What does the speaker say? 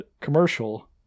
commercial